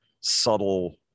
subtle